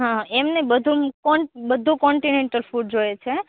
હં હં એમ નહીં બધું બધું કોંટિનેંટલ ફૂડ જોઈએ છે